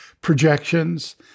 projections